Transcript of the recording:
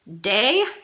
day